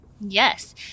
Yes